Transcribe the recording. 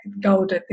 gold